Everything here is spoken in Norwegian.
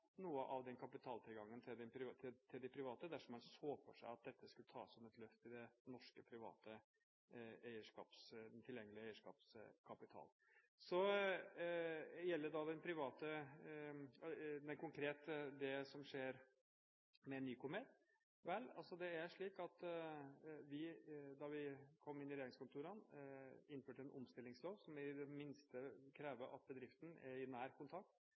noe av kapitaltilgangen til de private dersom man så for seg at dette skulle tas som et løft i norske privates tilgjengelige eierskapskapital. Konkret til det som skjer med Nycomed: Da vi kom inn i regjeringskontorene, innførte vi en omstillingslov som krever at bedriften er i nær kontakt